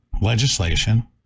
legislation